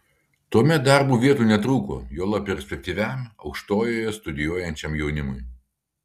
tuomet darbo vietų netrūko juolab perspektyviam aukštojoje studijuojančiam jaunimui